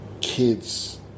kids